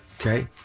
okay